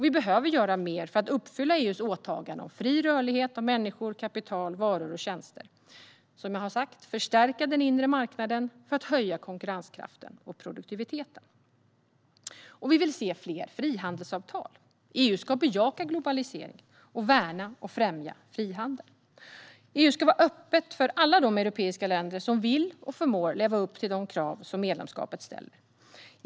Vi behöver göra mer för att uppfylla EU:s åtaganden om fri rörlighet för människor, kapital, varor och tjänster och förstärka den inre marknaden för att höja konkurrenskraften och produktiviteten. Vi vill se fler frihandelsavtal. EU ska bejaka globalisering och värna och främja frihandel. EU ska vara öppet för alla de europeiska länder som vill och förmår leva upp till de krav som medlemskapet ställer.